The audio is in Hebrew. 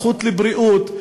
הזכות לבריאות,